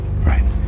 Right